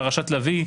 פרשת לביא,